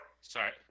Sorry